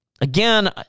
Again